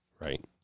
Right